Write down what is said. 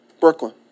Brooklyn